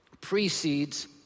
precedes